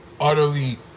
utterly